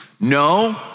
no